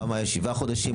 פעם היה שבעה חודשים,